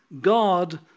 God